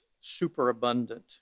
superabundant